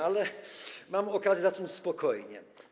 Ale mam okazję zacząć spokojnie.